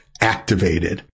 activated